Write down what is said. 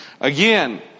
again